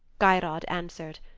geirrod answered.